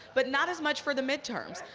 but not as much for the midterm.